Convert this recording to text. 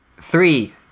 Three